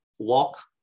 walk